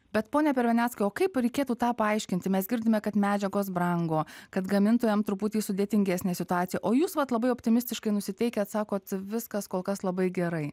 bet pone perveneckai o kaip reikėtų tą paaiškinti mes girdime kad medžiagos brango kad gamintojam truputį sudėtingesnė situacija o jūs vat labai optimistiškai nusiteikę sakot viskas kol kas labai gerai